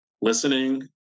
listening